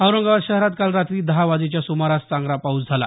औरंगाबाद शहरात काल रात्री दहा वाजेच्या सुमारास चांगला पाऊस झाला